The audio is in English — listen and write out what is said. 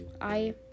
I-